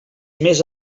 més